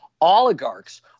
oligarchs